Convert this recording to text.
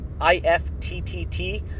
IFTTT